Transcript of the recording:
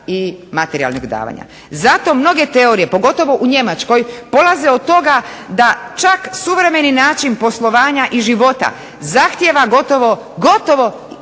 i materijalnih davanja. Zato mnoge teorije, pogotovo u Njemačkoj polaze od toga da čak suvremeni način poslovanja i života zahtijeva gotovo zbog